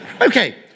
Okay